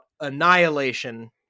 Annihilation